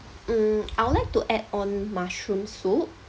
mm I would like to add on mushroom soup